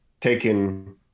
taken